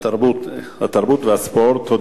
התרבות והספורט.